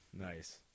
Nice